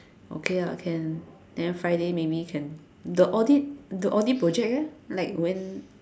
okay lah can then Friday maybe can the audit the audit project leh like when